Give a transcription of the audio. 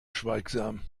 schweigsam